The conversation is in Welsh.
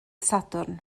sadwrn